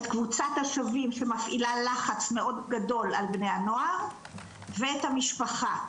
את קבוצת השובים שמפעילה לחץ מאוד גדול על בני הנוער ואת המשפחה,